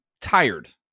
tired